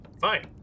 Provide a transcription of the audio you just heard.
Fine